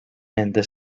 nende